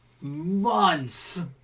months